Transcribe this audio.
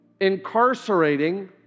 incarcerating